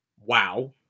wow